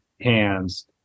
hands